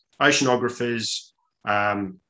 oceanographers